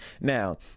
now